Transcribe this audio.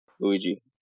luigi